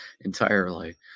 entirely